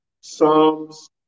Psalms